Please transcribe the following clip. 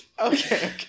Okay